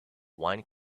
wine